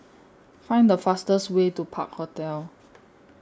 Find The fastest Way to Park Hotel